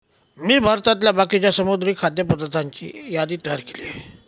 मी भारतातल्या बाकीच्या समुद्री खाद्य पदार्थांची यादी तयार केली आहे